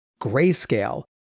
Grayscale